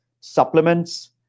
supplements